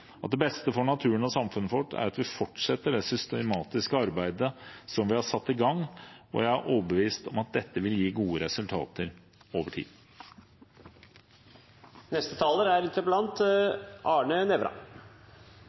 at det beste for naturen og samfunnet vårt er at vi fortsetter det systematiske arbeidet som vi har satt i gang. Jeg er overbevist om at dette vil gi gode resultater over tid. Jeg takker statsråden for svaret. Mye av det statsråden ramser opp, er